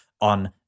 on